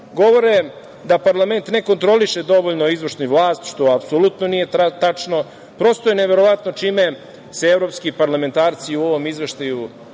da parlament ne kontroliše dovoljno izvršnu vlast što apsolutno nije tačno. Prosto je neverovatno čime se evropski parlamentarci u ovom izveštaju